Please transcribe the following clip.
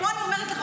ופה אני אומרת לך,